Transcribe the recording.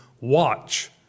Watch